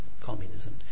communism